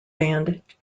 band